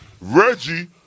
Reggie